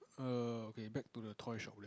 err okay back to the toy shop there